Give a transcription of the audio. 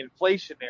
inflationary